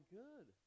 good